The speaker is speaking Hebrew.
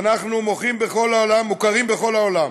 ואנחנו מוכרים בכל העולם,